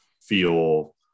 feel